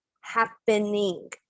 happening